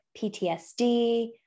PTSD